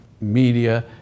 media